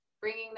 bringing